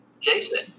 Jason